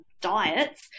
diets